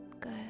Good